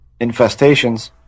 infestations